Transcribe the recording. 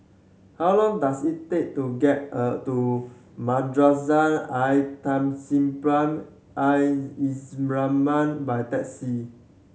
how long does it take to get to Madrasah Al Tahzibiah Al by taxi